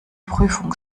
prüfung